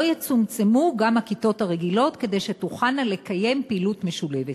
יצומצמו גם הכיתות הרגילות כדי שתוכלנה לקיים פעילות משולבת.